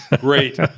Great